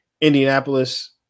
Indianapolis